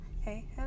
hey